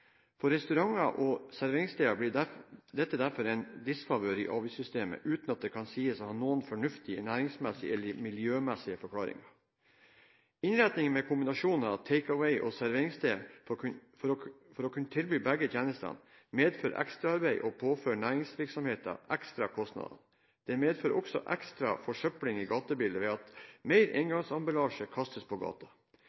disfavør i avgiftssystemet, uten at det kan sies å ha noen fornuftig ernæringsmessig eller miljømessig forklaring. Innretningen med kombinasjon av «take away» og serveringssted, for å kunne tilby begge tjenestene, medfører ekstraarbeid og påfører næringsvirksomhetene ekstra kostnader. Det medfører også ofte ekstra forsøpling i gatebildet ved at mer